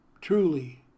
truly